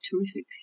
terrific